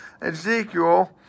Ezekiel